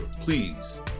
please